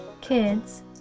Kids